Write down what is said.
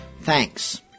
Thanks